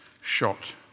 shot